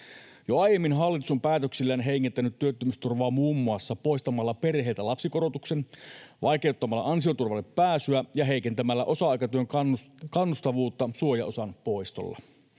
Jo aiemmin hallitus on päätöksillään heikentänyt työttömyysturvaa muun muassa poistamalla perheiltä lapsikorotuksen, vaikeuttamalla ansioturvalle pääsyä ja heikentämällä osa-aikatyön kannustavuutta suojaosan poistolla.